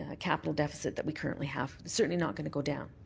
ah capital deficit that we currently have. certainly not going to go down.